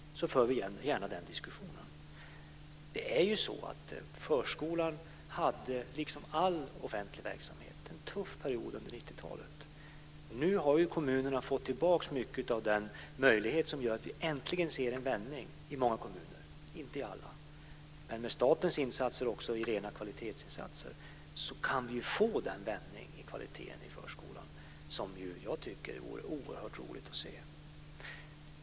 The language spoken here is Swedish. Förskolan hade liksom all offentlig verksamhet en tuff period under 90-talet. Nu har ju kommunerna fått tillbaka mycket av den möjlighet som gör att vi äntligen ser en vändning i många kommuner, inte i alla. Men med statens insatser också i form av rena kvalitetsinsatser kan vi få den vändning av kvaliteten i förskolan som jag tycker vore oerhört roligt att se.